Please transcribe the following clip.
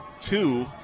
two